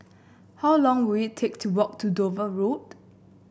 how long will it take to walk to Dover Road